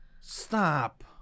Stop